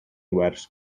wers